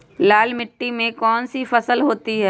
लाल मिट्टी में कौन सी फसल होती हैं?